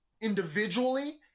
individually